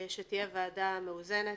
שתהיה ועדה מאוזנת,